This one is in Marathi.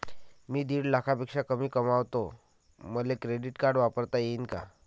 मी दीड लाखापेक्षा कमी कमवतो, मले क्रेडिट कार्ड वापरता येईन का?